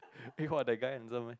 eh !wah! the guy handsome meh